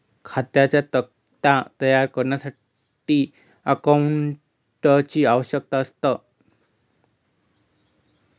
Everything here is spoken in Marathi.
खात्यांचा तक्ता तयार करण्यासाठी अकाउंटंटची आवश्यकता असते